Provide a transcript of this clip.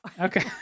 Okay